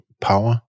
power